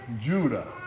Judah